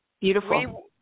beautiful